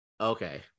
Okay